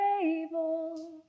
table